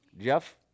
Jeff